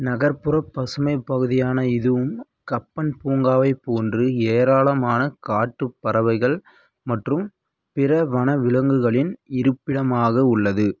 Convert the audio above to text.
நகர்ப்புற பசுமைப் பகுதியான இதுவும் கப்பன் பூங்காவைப் போன்று ஏராளமான காட்டுப் பறவைகள் மற்றும் பிற வனவிலங்குகளின் இருப்பிடமாக உள்ளது